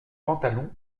pantalon